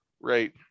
right